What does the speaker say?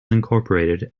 incorporated